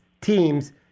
teams